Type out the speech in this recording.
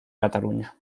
cataluña